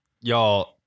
Y'all